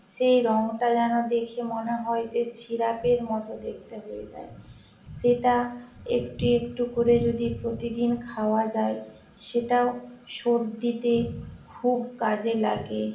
সেই রঙটা যেন দেখে মনে হয় যে সিরাপের মতো দেখতে হয়ে যায় সেটা একটু একটু করে যদি প্রতিদিন খাওয়া যায় সেটাও সর্দিতে খুব কাজে লাগে